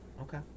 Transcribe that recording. okay